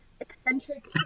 eccentric